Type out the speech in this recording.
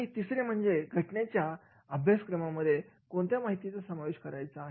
आणि तिसरे म्हणजे घटनेच्या अभ्यासक्रमामध्ये कोणत्या माहितीचा समावेश करायचा आहे